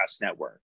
Network